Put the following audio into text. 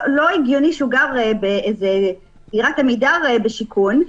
שגר בדירת עמידר בשיכון,